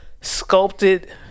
sculpted